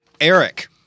Eric